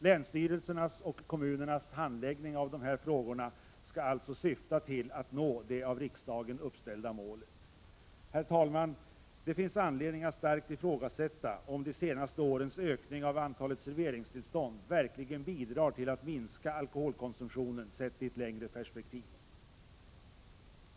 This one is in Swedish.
Länsstyrelsernas och kommunernas handläggning av dessa frågor skall alltså syfta till att nå det av riksdagen uppställda målet. Herr talman! Det finns anledning att starkt ifrågasätta om de senaste årens ökning av antalet serveringstillstånd verkligen bidrar till att minska alkoholkonsumtionen, sett i ett längre perspektiv.